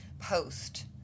Post